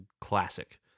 classic